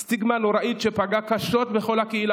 סטיגמה נוראית, שפגעה קשות בכל הקהילה,